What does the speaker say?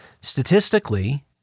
Statistically